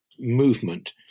movement